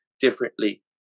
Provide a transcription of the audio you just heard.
differently